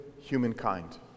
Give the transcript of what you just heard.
humankind